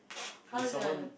how do I